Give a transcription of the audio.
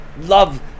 love